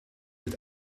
het